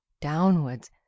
downwards